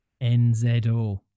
NZO